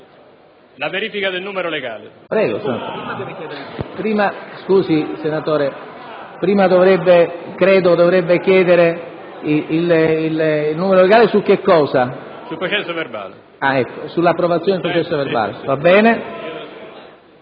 verifica del numero legale,